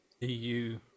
EU